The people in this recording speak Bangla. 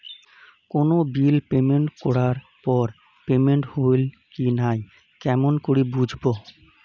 কোনো বিল পেমেন্ট করার পর পেমেন্ট হইল কি নাই কেমন করি বুঝবো?